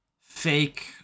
fake